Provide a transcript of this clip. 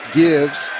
gives